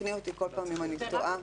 תקני אותי כל פעם אם אני טועה.